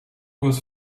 was